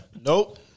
Nope